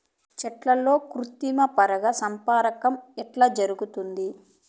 చెట్లల్లో కృత్రిమ పరాగ సంపర్కం ఎట్లా జరుగుతుంది?